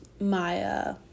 Maya